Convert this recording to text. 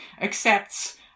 accepts